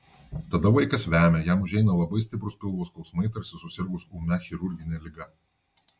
tada vaikas vemia jam užeina labai stiprūs pilvo skausmai tarsi susirgus ūmia chirurgine liga